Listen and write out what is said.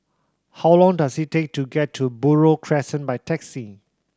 how long does it take to get to Buroh Crescent by taxi